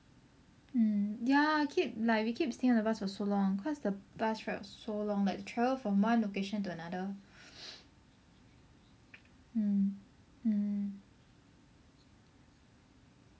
mm ya keep like we keep sitting in the bus for so long cause the bus ride was so long like we travel from one location to another mm mm